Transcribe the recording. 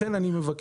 לכן אני מבקש,